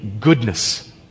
goodness